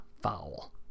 Foul